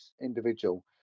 individual